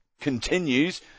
continues